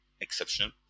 exceptional